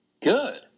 good